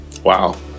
wow